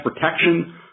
protection